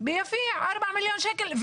4 מיליון שקל.